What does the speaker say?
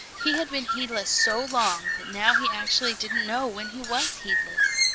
he had been heedless so long that now he actually didn't know when he was heedless.